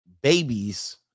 babies